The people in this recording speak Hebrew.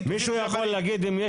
אני לא מתבייש,